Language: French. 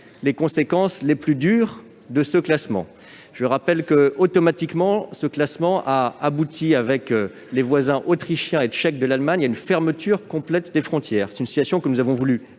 les conséquences les plus dures de ce classement. Je rappelle que ce classement a abouti automatiquement, avec les voisins autrichien et tchèque de l'Allemagne, à une fermeture complète des frontières. C'est cette situation que nous avons voulu